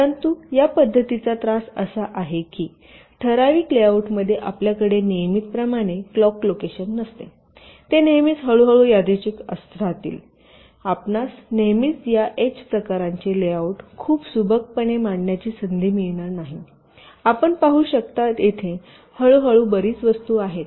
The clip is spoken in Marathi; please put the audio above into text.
परंतु या पद्धतीचा त्रास असा आहे की ठराविक लेआउटमध्ये आपल्याकडे नियमितपणे क्लॉक लोकेशन नसते ते नेहमीच हळूहळू व यादृच्छिक राहतील आपणास नेहमीच या एच प्रकारांचे लेआउट खूप सुबकपणे मांडण्याची संधी मिळणार नाही आपण पाहू शकता तेथे हळूहळू बरीच वस्तू असतात